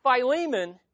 Philemon